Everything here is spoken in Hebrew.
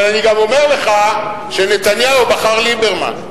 אבל אני גם אומר לך שנתניהו בחר ליברמן.